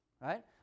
right